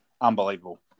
Unbelievable